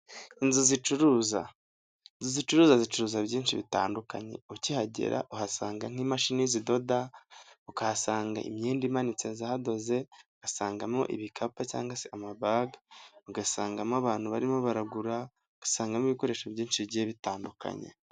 Inzu zicuruza zicuruza zicuruza byinshi bitandukanye, ukihagera uhasanga nk'imashini zidoda, ukahasanga imyenda imanitse zadoze, ugasangamo ibikapu cyangwa se amabaga, ugasangamo abantu barimo baragura, ugasangamo ibikoresho byinshi bigiye bitandukanye.